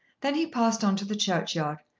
then he passed on to the churchyard,